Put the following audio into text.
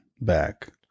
back